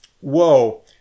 whoa